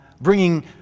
bringing